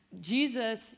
Jesus